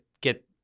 get